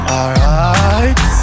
Alright